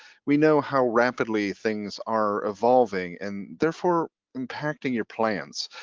we know how rapidly things are evolving and therefore impacting your plans.